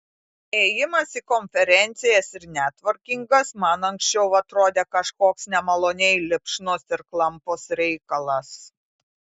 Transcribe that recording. ėjimas į konferencijas ir netvorkingas man anksčiau atrodė kažkoks nemaloniai lipšnus ir klampus reikalas